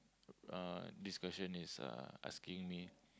uh this question is uh asking me